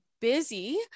busy